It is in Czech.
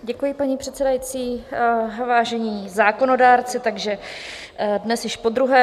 Děkuji, paní předsedající, vážení zákonodárci, takže dnes již podruhé.